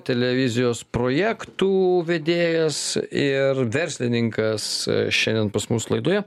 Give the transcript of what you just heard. televizijos projektų vedėjas ir verslininkas a šiandien pas mus laidoje